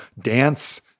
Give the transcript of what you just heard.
dance